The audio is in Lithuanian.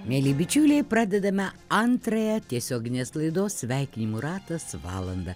mieli bičiuliai pradedame antrąją tiesioginės laidos sveikinimų ratas valandą